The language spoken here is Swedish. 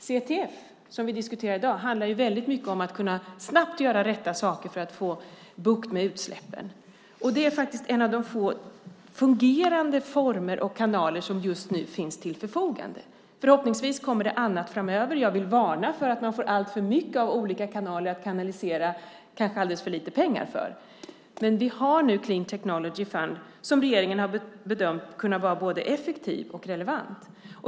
CTF, som vi diskuterar i dag, handlar väldigt mycket om att snabbt kunna göra rätt saker för att få bukt med utsläppen. Det är faktiskt en av få fungerande former och kanaler som just nu står till förfogande. Förhoppningsvis kommer det annat framöver. Jag vill varna för att man får alltför många olika kanaler att kanalisera kanske alldeles för lite pengar i. Men nu har vi Clean Technology Fund som regeringen har bedömt kan vara både effektiv och relevant.